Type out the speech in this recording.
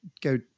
go